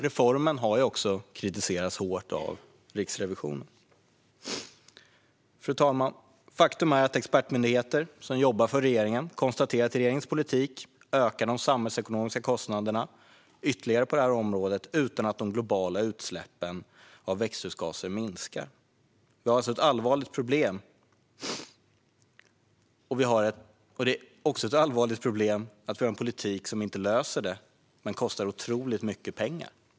Reformen har för övrigt kritiserats starkt av Riksrevisionen. Faktum är att expertmyndigheter som jobbar för regeringen konstaterar att regeringens politik ytterligare ökar de samhällsekonomiska kostnaderna på området utan att de globala utsläppen av växthusgaser minskar. Vi har alltså ett allvarligt problem. Vi har också ett allvarligt problem i att vi har en politik som inte löser detta men som kostar otroligt mycket pengar.